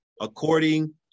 according